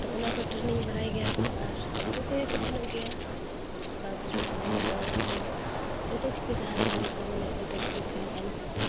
ᱛᱚ ᱚᱱᱟ ᱴᱨᱱᱤᱝ ᱵᱟᱲᱟᱭ ᱜᱮᱭᱟ ᱠᱚ ᱟᱨ ᱡᱚᱛᱚ ᱠᱚᱜᱮ ᱠᱚ ᱥᱮᱱᱚᱜ ᱜᱮᱭᱟ ᱵᱟᱹᱵᱩ ᱛᱟᱠᱚ ᱫᱟᱫᱟ ᱛᱟᱠᱚ ᱡᱚᱛᱚ ᱠᱚ ᱡᱟᱦᱟᱸ ᱞᱮᱠᱟᱱ ᱠᱚ ᱢᱟᱱᱮ ᱡᱚᱛᱚ ᱜᱮᱠᱚ ᱠᱷᱮᱞᱚᱜᱼᱟ ᱩᱱᱠᱩ ᱠᱚ